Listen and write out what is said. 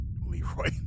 Leroy